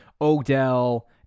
Odell